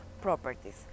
properties